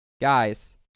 guys